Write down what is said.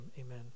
Amen